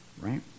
right